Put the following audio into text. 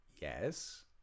yes